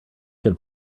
can